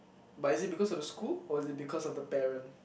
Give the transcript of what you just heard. but is it because of the school or is it because of the parent